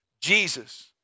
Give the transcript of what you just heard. Jesus